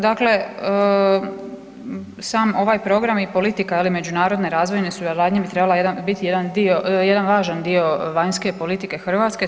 Dakle, sam ovaj program i politika međunarodne razvojne suradnje bi trebala biti jedan važan dio vanjske politike Hrvatske.